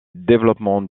développement